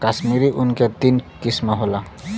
कश्मीरी ऊन के तीन किसम होला